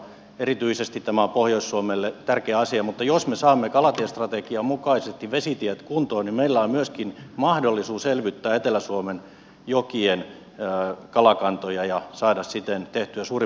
erityisesti tämä on pohjois suomelle tärkeä asia mutta jos me saamme kalatiestrategian mukaisesti vesitiet kuntoon niin meillä on myöskin mahdollisuus elvyttää etelä suomen jokien kalakantoja ja saada siten tehtyä suuri palvelus luonnolle